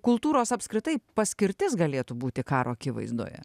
kultūros apskritai paskirtis galėtų būti karo akivaizdoje